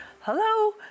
hello